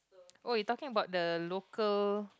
oh you're talking about the local